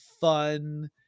fun